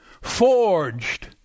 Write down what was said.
forged